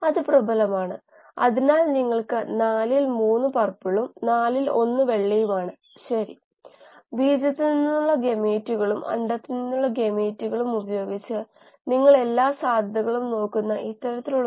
W എന്നത് ഇംപെല്ലറിന്റെ വീതിയാണ് L എന്നത് ഇംപെല്ലർ ബ്ലേഡിന്റെ നീളം ടാങ്കിന്റെ അടിയിൽ നിന്ന് ഇംപെല്ലറിന്റെ മധ്യത്തിലേക്കുള്ള ദൂരമാണ് C